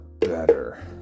better